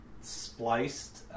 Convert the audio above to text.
Spliced